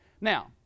Now